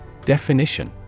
Definition